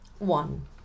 One